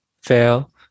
fail